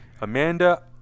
Amanda